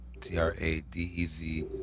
T-R-A-D-E-Z